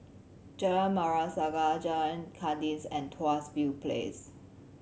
Jalan Merah Saga Jalan Kandis and Tuas View Place